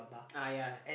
ah yeah